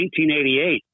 1988